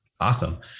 Awesome